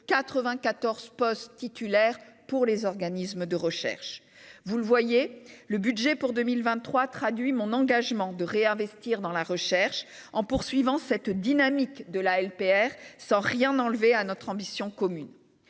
postes de titulaires dans les organismes de recherche. Vous le voyez, le budget pour 2023 traduit mon engagement de réinvestir dans la recherche en poursuivant la dynamique de la LPR, sans rien enlever à notre ambition commune.